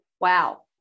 wow